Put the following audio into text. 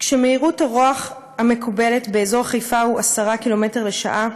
כאשר מהירות הרוח המקובלת באזור חיפה היא 10 קילומטרים לשעה,